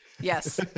Yes